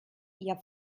ihr